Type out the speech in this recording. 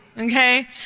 Okay